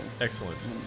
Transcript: Excellent